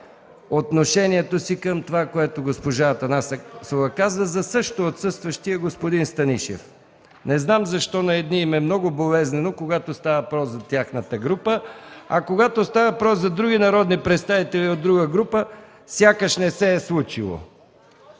отношението си към това, което госпожа Атанасова каза за също отсъстващия господин Станишев. Не знам защо на едни им е много болезнено, когато става въпрос за тяхната група, а когато става въпрос за други народни представители от друга парламентарна група, сякаш не се е случило.